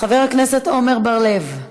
חבר הכנסת עמר בר-לב,